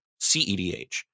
CEDH